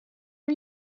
are